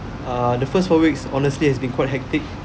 uh the first four weeks honestly has been quite hectic